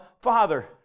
Father